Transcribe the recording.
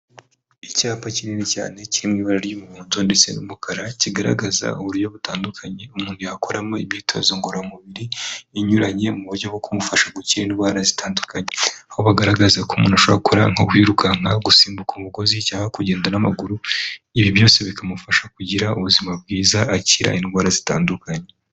Icyapa kinini cyane kiri mu ibara ry'umuhondo ndetse n'umukara, kigaragaza uburyo butandukanye umuntu yakoramo imyitozo ngororamubiri inyuranye mu buryo bwo kumufasha gukira indwara zitandukanye, aho bagaragaza ko umuntu ashobora gukora nko kwirukanka, gusimbuka umugozi cyangwa kugenda n'amaguru, ibi byose bikamufasha kugira ubuzima bwiza, akira indwara zitandukanye.